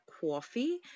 coffee